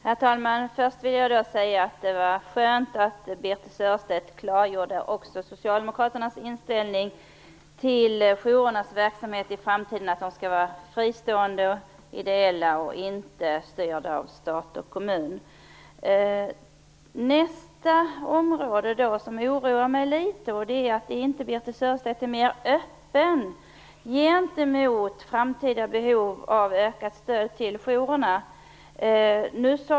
Herr talman! Det var skönt att Birthe Sörestedt klargjorde Socialdemokraternas inställning till jourernas verksamhet i framtiden, att jourerna skall vara fristående och ideella och inte styrda av stat och kommun. Något som oroar mig litet är att inte Birthe Sörestedt är mer öppen för framtida behov av ett ökat stöd till jourerna.